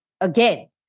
Again